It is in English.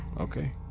Okay